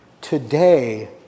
Today